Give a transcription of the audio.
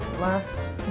last